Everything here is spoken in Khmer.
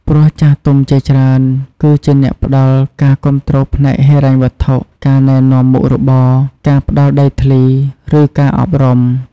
ព្រោះចាស់ទុំជាច្រើន គឺជាអ្នកផ្ដល់ការគាំទ្រផ្នែកហិរញ្ញវត្ថុ ការណែនាំមុខរបរ ការផ្ដល់ដីធ្លី ឬការអប់រំ។